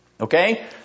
Okay